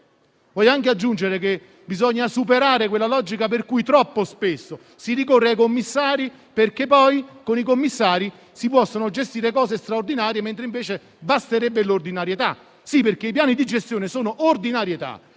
Desidero aggiungere che bisogna superare quella logica per cui troppo spesso si ricorre ai commissari, perché poi con i commissari si può attuare una gestione straordinaria, quando invece basterebbe l'ordinarietà. Sì, perché i piani di gestione sono ordinarietà.